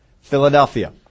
Philadelphia